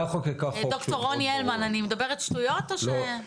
ד"ר רוני הלמן, אני מדברת שטויות או ש-?